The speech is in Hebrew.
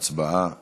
ההצבעה החלה.